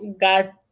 God